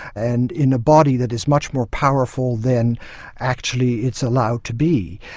and in a body that is much more powerful than actually it's allowed to be.